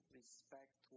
respect